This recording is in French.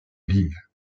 lille